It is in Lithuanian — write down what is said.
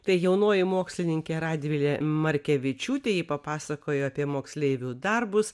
tai jaunoji mokslininkė radvilė markevičiūtė ji papasakojo apie moksleivių darbus